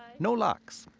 no locks.